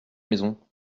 maison